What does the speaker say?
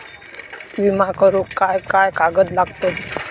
विमा करुक काय काय कागद लागतत?